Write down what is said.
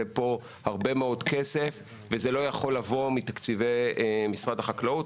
פה הרבה מאוד כסף וזה לא יכול לבוא מתקציבי משרד החקלאות.